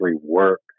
work